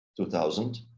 2000